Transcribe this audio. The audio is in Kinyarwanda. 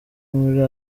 muri